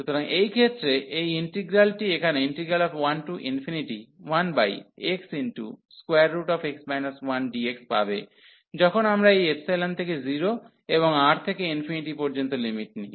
সুতরাং এই ক্ষেত্রে এই ইন্টিগ্রালটি এখানে 11xx 1dx পাবে যখন আমরা এই ϵ থেকে 0 এবং R থেকে ∞ পর্যন্ত লিমিট নিই